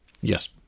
Yes